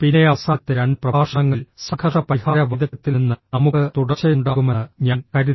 പിന്നെ അവസാനത്തെ രണ്ട് പ്രഭാഷണങ്ങളിൽ സംഘർഷ പരിഹാര വൈദഗ്ധ്യത്തിൽ നിന്ന് നമുക്ക് തുടർച്ചയുണ്ടാകുമെന്ന് ഞാൻ കരുതി